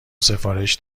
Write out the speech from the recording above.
سفارش